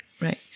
right